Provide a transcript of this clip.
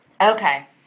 Okay